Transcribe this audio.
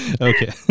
Okay